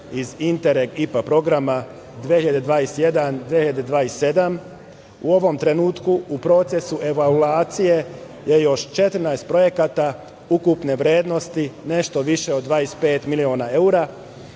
iz Intertek IPA programa 2021-2027. U ovom trenutku u procesu evaluacije je još 14 projekata ukupne vrednosti nešto više od 25 miliona evra,